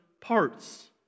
parts